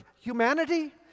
humanity